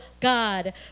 God